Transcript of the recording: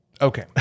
Okay